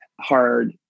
hard